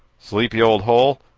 sleepy old hole!